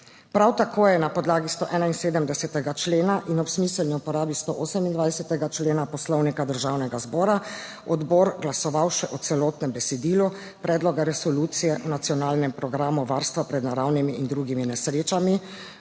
Prav tako je na podlagi 171. člena in ob smiselni uporabi 128. člena Poslovnika Državnega zbora odbor glasoval še o celotnem besedilu Predloga resolucije o nacionalnem programu varstva pred naravnimi in drugimi nesrečami